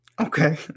Okay